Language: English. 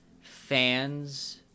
fans